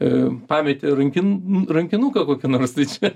a pametė ranki rankinuką kokį nors tai čia